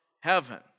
heaven